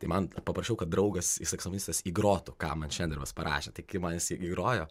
tai man paprašiau kad draugas saksofonistas įgrotų ką man šenderovas parašė tai kai man jisai grojo